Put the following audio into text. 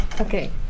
Okay